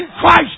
Christ